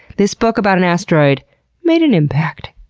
this book about an asteroid made an impact.